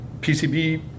PCB